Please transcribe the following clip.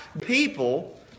people